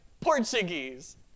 Portuguese